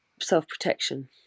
self-protection